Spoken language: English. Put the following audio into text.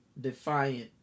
defiant